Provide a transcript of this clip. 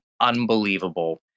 unbelievable